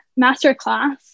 masterclass